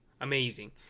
amazing